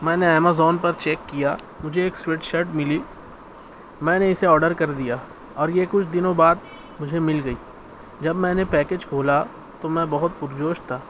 میں نے امازون پر چیک کیا مجھے ایک سویٹ شرٹ ملی میں نے اسے آرڈر کر دیا اور یہ کچھ دنوں بعد مجھے مل گئی جب میں نے پیکیج کھولا تو میں بہت پر جوش تھا